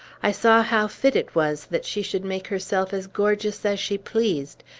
i saw how fit it was that she should make herself as gorgeous as she pleased,